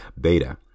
Beta